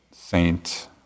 saint